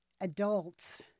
adults